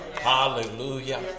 Hallelujah